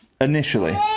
initially